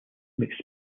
makes